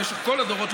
במשך כל הדורות,